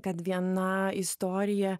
kad viena istorija